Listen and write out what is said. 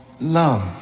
love